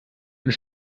und